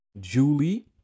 Julie